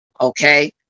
Okay